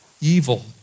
evil